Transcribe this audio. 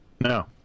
No